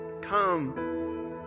come